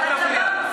לא.